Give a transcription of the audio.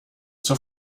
zur